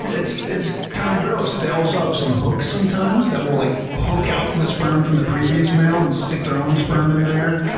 it's it's kinda gross. they also have some hooks sometimes, that will like hook out the sperm from the previous male and stick their own sperm in there.